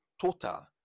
total